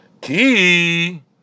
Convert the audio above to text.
Key